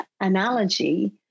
analogy